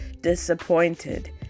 disappointed